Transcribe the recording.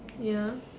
ya